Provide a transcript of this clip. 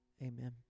amen